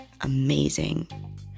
amazing